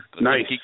Nice